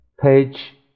Page